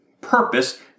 purpose